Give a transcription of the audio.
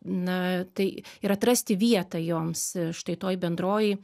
na tai ir atrasti vietą joms štai toj bendroj